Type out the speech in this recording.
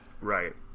Right